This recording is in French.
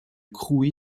crouy